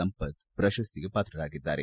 ಸಂಪತ್ ಪ್ರಶಸ್ತಿಗೆ ಪಾತ್ರರಾಗಿದ್ದಾರೆ